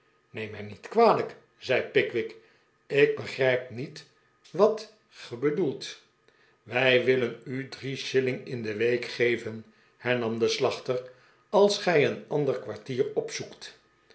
neem mij niet kwalijk zei pickwick ik begrijp niet wat ge bedoelt wij willen u drie shilling in de week geven hernam de slachter als gij een ander kwartier opzoekt